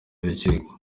urukiko